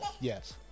Yes